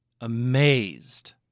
Amazed